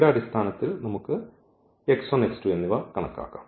യുടെ അടിസ്ഥാനത്തിൽ നമുക്ക് എന്നിവ കണക്കാക്കാം